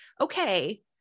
okay